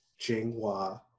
Jinghua